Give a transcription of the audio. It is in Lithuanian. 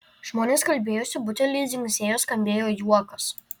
žmonės kalbėjosi buteliai dzingsėjo skambėjo juokas